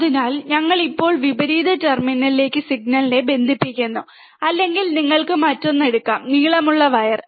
അതിനാൽ ഞങ്ങൾ ഇപ്പോൾ വിപരീത ടെർമിനലിലേക്ക് സിഗ്നലിനെ ബന്ധിപ്പിക്കുന്നു അല്ലെങ്കിൽ നിങ്ങൾക്ക് മറ്റൊന്ന് എടുക്കാം നീളമുള്ള വയർ